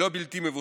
לא בלתי מבוסס,